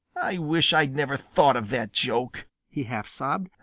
i wish i'd never thought of that joke, he half sobbed.